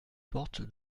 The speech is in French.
porte